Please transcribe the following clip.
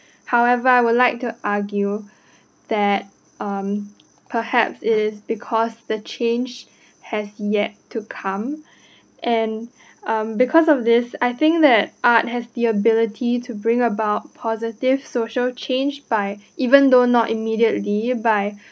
however I would like to argue that um perhaps it is because the change has yet to come and um because of this I think that art has the ability to bring about positive social change by even though not immediately by